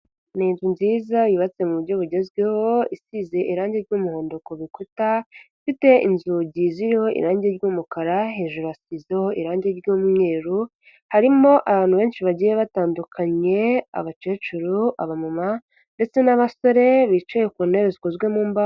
Ni inzu nziza yubatse mu buryo bugezweho, isize irangi ry'umuhondo ku bikuta, ifite inzugi ziriho irangi ry'umukara, hejuru hasizeho irangi ry'umweru, harimo abantu benshi bagiye batandukanye, abakecuru, abamama ndetse n'abasore, bicaye ku ntebe zikozwe mu mbaho.